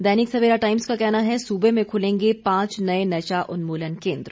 दैनिक Savera times का कहना है सूबे में खुलेंगे पांच नए नशा उन्मूलन केंद्र